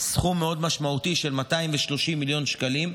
סכום מאוד משמעותי של 230 מיליון שקלים.